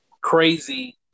crazy